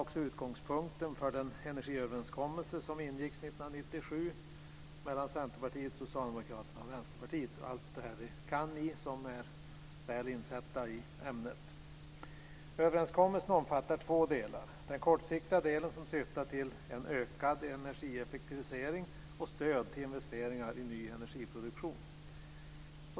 Detta var utgångspunken för den energiöverenskommelse som ingicks 1997 mellan Centerpartiet, Socialdemokraterna och Vänsterpartiet. Allt detta kan vi som är väl insatta i ämnet. Överenskommelsen omfattar två delar. Den kortsiktiga delen syftar till en ökad energieffektivisering och stöd till investeringar i ny energiproduktion.